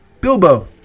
Bilbo